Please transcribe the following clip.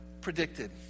predicted